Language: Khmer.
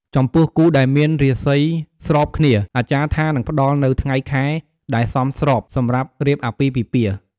ចំពោះគូដែលមានរាសីស្របគ្នា អាចារ្យថានឹងផ្ដល់នូវថ្ងៃខែដែលសមស្របសម្រាប់រៀបអាពាហ៍ពិពាហ៍។